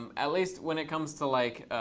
um at least when it comes to like